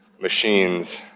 machines